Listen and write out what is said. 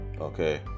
Okay